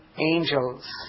angels